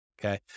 okay